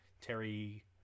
Terry